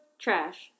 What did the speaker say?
trash